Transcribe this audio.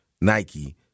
Nike